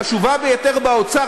החשובה ביותר באוצר,